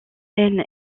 haine